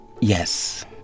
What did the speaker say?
Yes